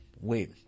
wait